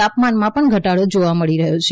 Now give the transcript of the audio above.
તાપમાનામાં પણ ધટાડો જોવા મળી રહ્યો છે